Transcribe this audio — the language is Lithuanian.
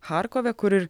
charkove kur ir